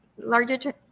larger